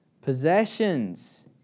Possessions